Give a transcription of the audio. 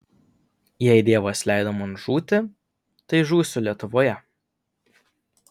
jei dievas leido man žūti tai žūsiu lietuvoje